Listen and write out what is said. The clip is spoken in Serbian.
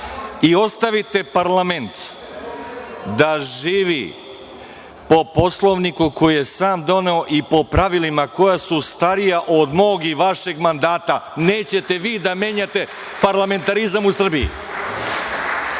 i ostavite parlament da živi po Poslovniku koji je sam doneo i po pravilima koja su starija od mog i vašeg mandata. Nećete vi da menjate parlamentarizam u Srbiji.(Saša